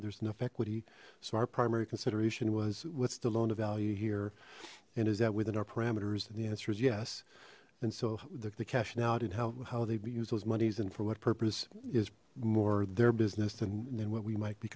there's enough equity so our primary consideration was what's the loan to value here and is that within our parameters and the answer is yes and so the cash now and how they be used those monies and for what purpose is more their business and then what we might be